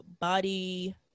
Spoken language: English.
body